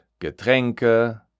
Getränke